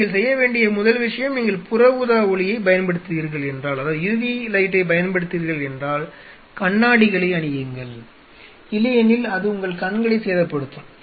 நீங்கள் செய்ய வேண்டிய முதல் விஷயம் நீங்கள் புற ஊதா ஒளியைப் பயன்படுத்துகிறீர்கள் என்றால் கண்ணாடிகளை அணியுங்கள் இல்லையெனில் அது உங்கள் கண்களை சேதப்படுத்தும்